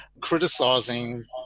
criticizing